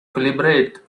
calibrate